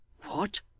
What